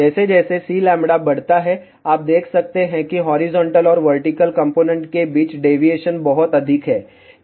जैसे जैसे Cλ बढ़ता है आप देख सकते हैं कि हॉरिजॉन्टल और वर्टिकल कॉम्पोनेन्ट के बीच डेविएशन बहुत अधिक है